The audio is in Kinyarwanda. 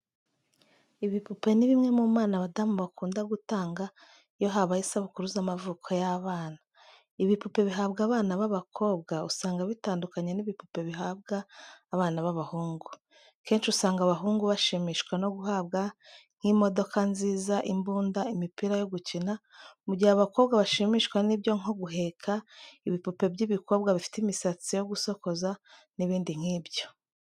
Ibipupe ni bimwe mu mpano abadamu bakunda gutanga iyo habaye isabukuru z'amavuko y'abana. Ibipupe bihabwa abana b'abakobwa, usanga bitandukanye n'ibipupe bihabwa abana b'abahungu. Kenshi usanga abahungu bashimishwa no guhabwa nk'imodokanziza, imbunda, imipira yo gukina, mu gihe abakobwa bashimishwa n'ibyo nko guheka, ibipupe by'ibikobwa bifite imisatsi yo gusokoza n'ibindi nk'ibyo.